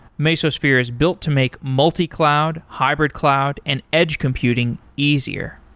mesosphere is built to make multi-cloud, hybrid cloud and edge computing easier.